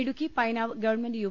Idukki Painavu government U